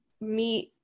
meet